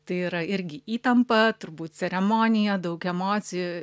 tai yra irgi įtampa turbūt ceremonija daug emocijų